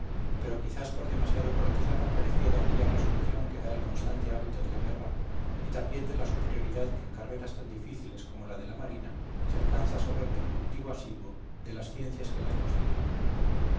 pero quizás por demasiado cortesano carecía de aquella resolución que da el constante hábito de la guerra y también de la superioridad que en carreras tan difíciles como la de la marina se alcanza sólo en el cultivo asiduo de las ciencias que la constituyen